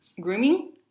grooming